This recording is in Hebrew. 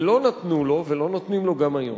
ולא נתנו לו, ולא נותנים לו גם היום,